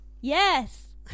Yes